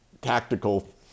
tactical